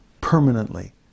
permanently